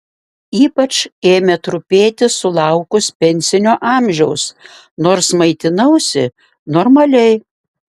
ypač ėmė trupėti sulaukus pensinio amžiaus nors maitinausi normaliai